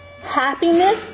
happiness